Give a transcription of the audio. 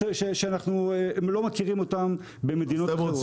שהם לא מכירים במדינות אחרות.